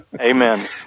Amen